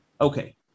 okay